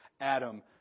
Adam